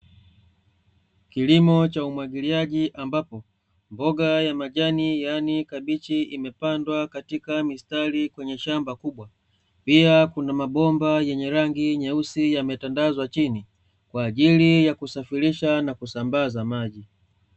Kilimo cha umwagiliaji ambapo, mboga ya majani yaani kabichi imepandwa katika mistari kwenye shamba kubwa. Pia kuna mabomba yenye rangi nyeusi yametandazwa chini, kwa ajili ya kusafirisha na kusambaza maji.